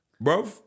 bro